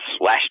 last